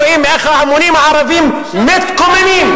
רואים איך ההמונים הערבים מתקוממים,